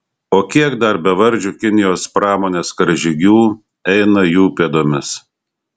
o kiek dar bevardžių kinijos pramonės karžygių eina jų pėdomis